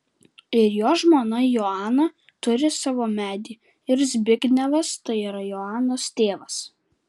ir jo žmona joana turi savo medį ir zbignevas tai yra joanos tėvas